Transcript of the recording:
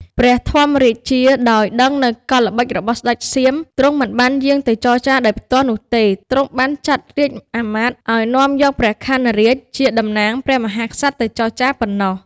ព្រះធម្មរាជា ដោយដឹងនូវកលល្បិចរបស់ស្ដេចសៀម ទ្រង់មិនបានយាងទៅចរចារដោយផ្ទាល់នោះទេ ទ្រង់បានចាត់រាជ្យអាមាត្យឱ្យនាំយកព្រះខ័នរាជជាតំណាងព្រះមហាក្សត្រទៅចរចារប៉ុនណោះ។